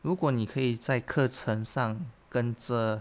如果你可以在课程上跟着